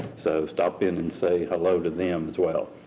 so, stop in and say hello to them as well.